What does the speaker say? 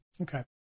Okay